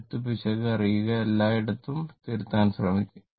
എഴുത്ത് പിശക് അറിയുക ഞാൻ എല്ലായിടത്തും തിരുത്താൻ ശ്രമിക്കും